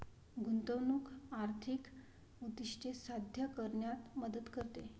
गुंतवणूक आर्थिक उद्दिष्टे साध्य करण्यात मदत करते